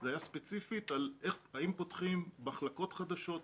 זה היה ספציפית האם פותחים מחלקות חדשות,